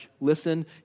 listen